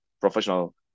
professional